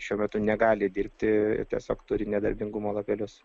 šiuo metu negali dirbti tiesiog turi nedarbingumo lapelius